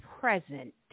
present